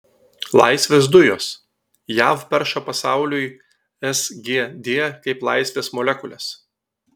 laisvės dujos jav perša pasauliui sgd kaip laisvės molekules